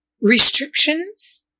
restrictions